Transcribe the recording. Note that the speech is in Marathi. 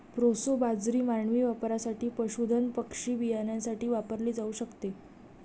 प्रोसो बाजरी मानवी वापरासाठी, पशुधन पक्षी बियाण्यासाठी वापरली जाऊ शकते